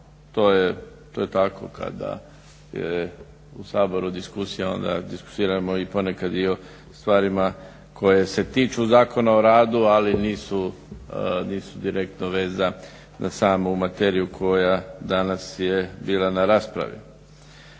to je tako kada je u Saboru diskusija onda diskutiramo ponekad i stvarima koje se tiču Zakona o radu ali nisu direktno veza na samu materiju koja je danas bila na raspravi.